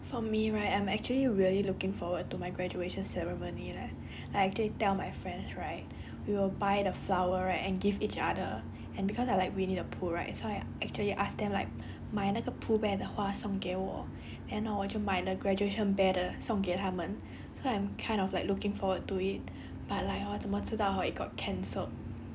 for me right I'm actually really looking forward to my graduation ceremony leh I actually tell my friends right we will buy the flower right and give each other and cause I like winnie the pooh right so I actually ask them like 买那个 pooh bear 的花送给我 then hor 我就买 the graduation bear 的送给他们 so I'm kind of like looking forward to it but like hor 怎么知道 it got cancelled